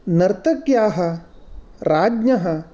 नर्तक्याः राज्ञः